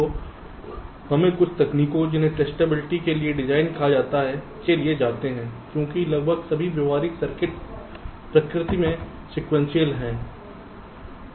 तो हमे कुछ तकनीकों जिन्हें टेस्टेबिलिटी के लिए डिज़ाइन कहा जाता है के लिए जाते है क्योंकि लगभग सभी व्यावहारिक सर्किट प्रकृति में सीक्वेंशियल हैं